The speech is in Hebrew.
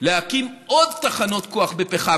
להקים עוד תחנות כוח בפחם,